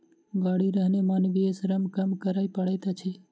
गाड़ी रहने मानवीय श्रम कम करय पड़ैत छै